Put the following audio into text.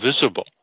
visible